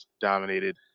dominated